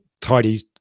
tidy